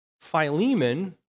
Philemon